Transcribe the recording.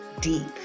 deep